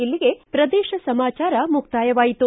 ಇಲ್ಲಿಗೆ ಪ್ರದೇಶ ಸಮಾಚಾರ ಮುಕ್ತಾಯವಾಯಿತು